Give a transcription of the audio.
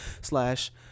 slash